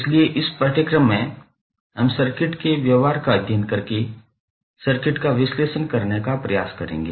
इसलिए इस पाठ्यक्रम में हम सर्किट के व्यवहार का अध्ययन करके सर्किट का विश्लेषण करने का प्रयास करेंगे